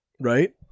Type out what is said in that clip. Right